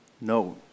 No